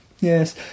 yes